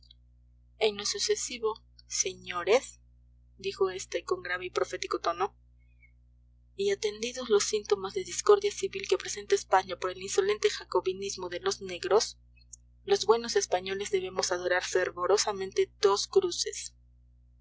alavesas en lo sucesivo señores dijo este con grave y profético tono y atendidos los síntomas de discordia civil que presenta españa por el insolente jacobinismo de los negros los buenos españoles debemos adorar fervorosamente dos cruces